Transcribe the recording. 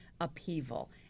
upheaval